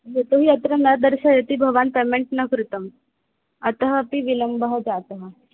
यतो हि अत्र न दर्शयति भवान् पेमेण्ट् न कृतम् अतः अपि विलम्बः जातः